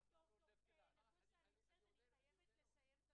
- אנחנו לא צריכים להשלות את